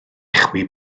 chwi